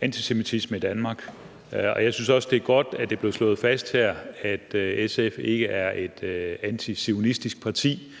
antisemitisme i Danmark. Jeg synes også, det er godt, at det er blevet slået fast her, at SF ikke er et antizionistisk parti,